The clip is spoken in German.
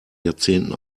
jahrzehnten